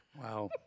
Wow